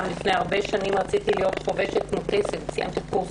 לפני הרבה שנים רציתי להיות חובשת מוטסת וסיימתי קורס